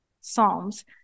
Psalms